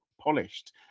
polished